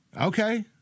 Okay